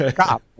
cop